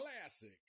classic